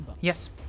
Yes